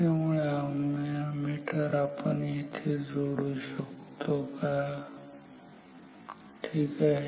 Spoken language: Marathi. त्यामुळे आपण एमीटर येथे जोडू शकतो का ठीक आहे